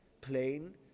plain